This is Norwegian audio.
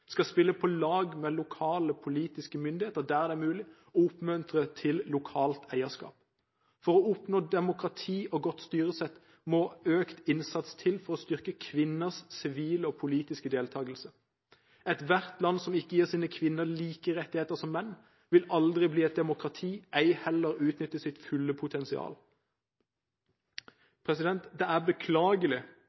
skal spille på lag med lokale politiske myndigheter der det er mulig, og oppmuntre til lokalt eierskap. For å oppnå demokrati og godt styresett må økt innsats til for å styrke kvinners sivile og politiske deltakelse. Ethvert land som ikke gir sine kvinner like rettigheter som menn, vil aldri bli et demokrati, ei heller utnytte sitt fulle potensial. Det er beklagelig